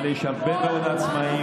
אבל יש הרבה מאוד עצמאים